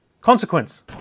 Consequence